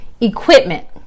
equipment